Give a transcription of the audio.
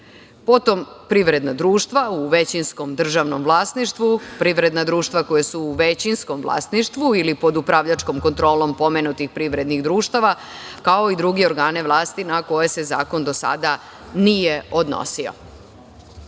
potom, privredna društva u većinskom državnom vlasništvu, privredna društva koja su u većinskom vlasništvu ili pod upravljačkom kontrolom pomenutih privrednih društava, kao i druge organe vlasti na koje se zakon do sada nije odnosio. Trenutna